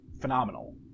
phenomenal